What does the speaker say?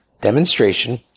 demonstration